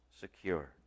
secure